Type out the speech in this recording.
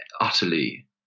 utterly